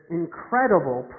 incredible